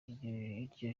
iryo